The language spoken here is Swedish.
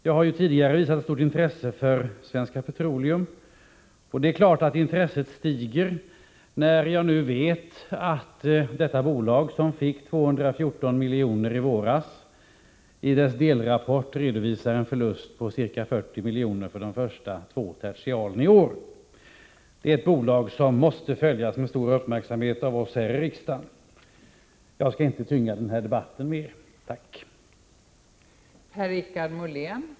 Jag har tidigare visat stort intresse för Svenska Petroleum, och det är klart att intresset stiger när jag nu vet att detta bolag, som fick 214 milj.kr. i våras, i sin delrapport redovisar en förlust på ca 40 miljoner för de första två tertialen i år. SP är ett bolag som måste följas med stor uppmärksamhet av oss här i riksdagen. Jag skall inte tynga den här debatten mer.